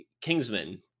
Kingsman